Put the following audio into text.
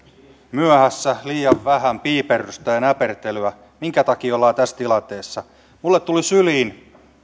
myöhässä liian vähän piiperrystä ja ja näpertelyä minkä takia ollaan tässä tilanteessa minulle tuli syliin